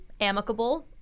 amicable